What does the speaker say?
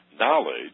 knowledge